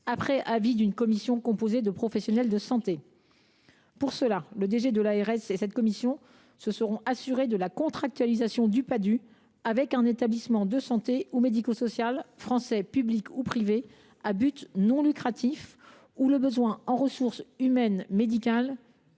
après avis d’une commission composée de professionnels de santé. Pour ce faire, le directeur général de l’ARS et cette commission se seront assurés de la contractualisation du Padhue avec un établissement de santé ou médico social français, public ou privé à but non lucratif, où le besoin en ressources humaines médicales